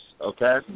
okay